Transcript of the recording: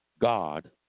God